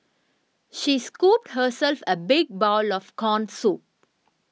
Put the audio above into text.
she scooped herself a big bowl of Corn Soup